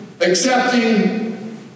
accepting